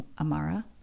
Amara